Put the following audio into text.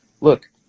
look